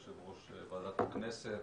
יושב-ראש ועדת הכנסת.